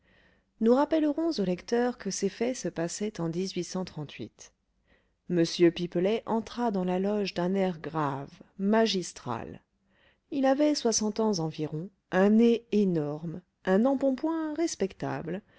nous rappellerons au lecteur que ces faits se passaient en m pipelet entra dans la loge d'un air grave magistral il avait soixante ans environ un nez énorme un embonpoint respectable